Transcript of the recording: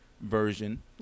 version